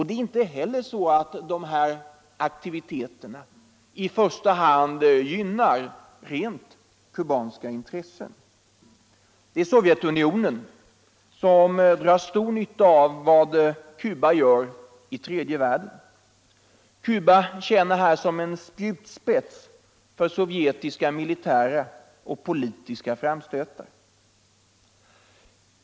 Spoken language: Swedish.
Det är inte heller så att dessa aktiviteter i första debatt och valutapolitisk debatt hand gynnar rent kubanska intressen. Det är Sovjetunionen som drar nytta av vad Cuba gör i tredje världen. Cuba tjänar här som en spjutspets för sovjetiska militära och politiska framstötar.